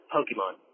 Pokemon